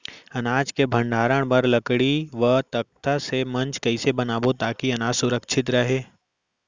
अनाज के भण्डारण बर लकड़ी व तख्ता से मंच कैसे बनाबो ताकि अनाज सुरक्षित रहे?